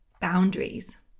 boundaries